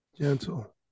gentle